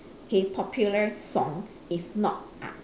k popular song is not art